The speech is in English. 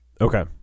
Okay